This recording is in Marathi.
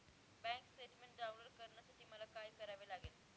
बँक स्टेटमेन्ट डाउनलोड करण्यासाठी मला काय करावे लागेल?